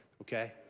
okay